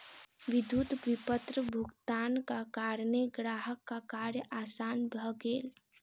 विद्युत विपत्र भुगतानक कारणेँ ग्राहकक कार्य आसान भ गेल